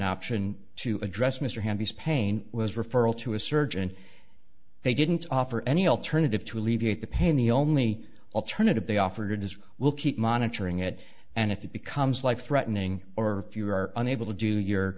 option to address mr happy spain was referral to a surgeon they didn't offer any alternative to alleviate the pain the only alternative they offered is we'll keep monitoring it and if it becomes life threatening or if you are unable to do your